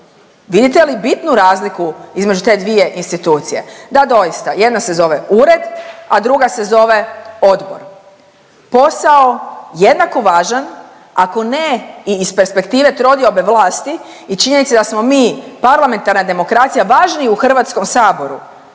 Vidite li bitnu razliku između te dvije institucije? Da, doista, jedna se zove ured, a druga se zove odbor. Posao jednako važan, ako ne i iz perspektive trodiobe vlasti i činjenice da smo mi parlamentarna demokraciji važniji u HS-u jer